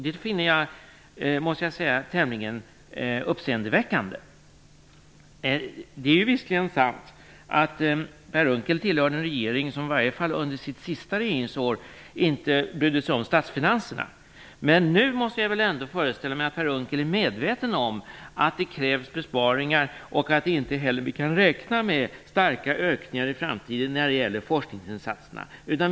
Det finner jag tämligen uppseendeväckande. Det är ju visserligen sant att Per Unckel tillhörde en regering som i alla fall under sina senaste regeringsår inte brydde sig om statsfinanserna. Men nu måste jag väl ändå föreställa mig att Per Unckel är medveten om att det krävs besparingar och att vi inte kan räkna med starka ökningar i framtiden när det gäller forskningsinsatserna.